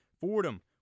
Fordham